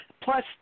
plus